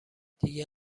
دیگه